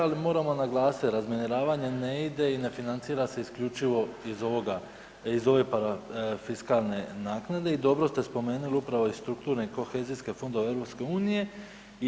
Ali moramo naglasiti, razminiravanje ne ide i ne financira se isključivo iz ove parafiskalne naknade i dobro ste spomenuli upravo i strukturne i kohezijske fondove Europske unije.